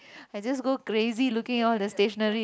I just go crazy looking at all the stationery